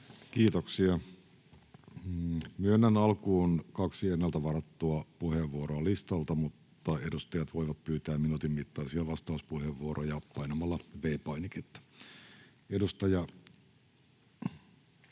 Kiitoksia. — Myönnän alkuun kaksi ennalta varattua puheenvuoroa listalta, mutta edustajat voivat pyytää minuutin mittaisia vastauspuheenvuoroja painamalla V-painiketta. — Edustaja